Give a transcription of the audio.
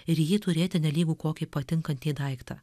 ir jį turėti nelygu kokį patinkantį daiktą